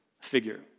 figure